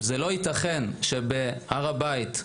לא יתכן שבהר הבית,